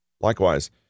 Likewise